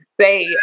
say